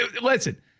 Listen